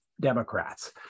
democrats